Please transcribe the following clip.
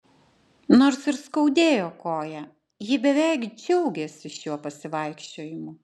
nors ir skaudėjo koją ji beveik džiaugėsi šiuo pasivaikščiojimu